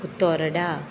Utorda